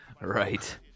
Right